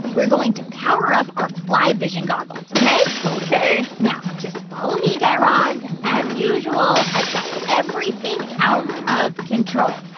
we're going to power up our fly vision goggles, ok? ok now just follow me, guy raz. as usual, i've got everything out of control.